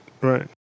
right